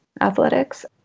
athletics